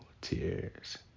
tears